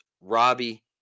Robbie